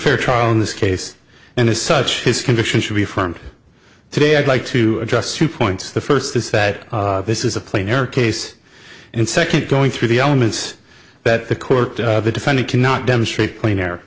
fair trial in this case and as such his conviction should be front today i'd like to just two points the first is that this is a plane air case and second going through the elements that the court the defendant cannot demonstrate clean air